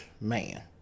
man